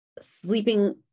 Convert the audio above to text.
Sleeping